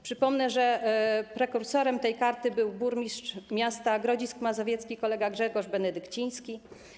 Przypomnę, że prekursorem tej karty był burmistrz miasta Grodzisk Mazowiecki kolega Grzegorz Benedykciński.